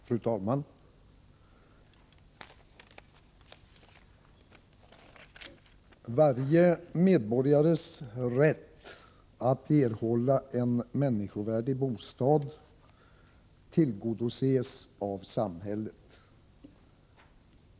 Fru talman! ”Varje medborgares rätt att erhålla en människovärdig bostad tillgodoses av samhället.